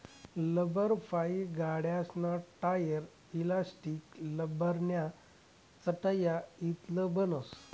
लब्बरफाइ गाड्यासना tyre, elastic, लब्बरन्या चटया इतलं बनस